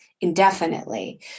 indefinitely